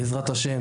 בעזרת ה',